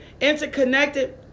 interconnected